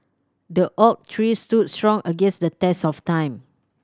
the oak tree stood strong against the test of time